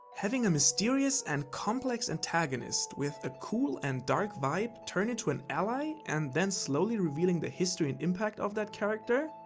having a mysterious and complex antagonist, with a cool and dark vibe, turn into an ally and then slowly revealing the history and impact of that character?